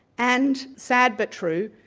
and sad but true,